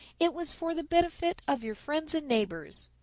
it was for the benefit of your friends and neighbors.